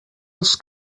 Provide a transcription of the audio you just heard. els